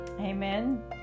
amen